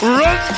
run